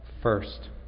First